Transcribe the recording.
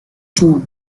two